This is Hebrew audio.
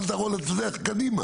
קדימה.